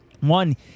one